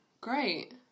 great